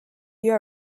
you